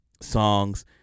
songs